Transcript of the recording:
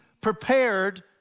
prepared